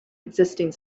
existing